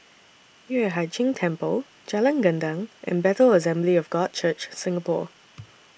Yueh Hai Ching Temple Jalan Gendang and Bethel Assembly of God Church Singapore